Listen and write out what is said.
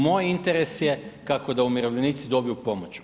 Moj je interes je kako da umirovljenici dobiju pomoć.